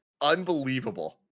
unbelievable